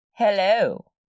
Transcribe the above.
hello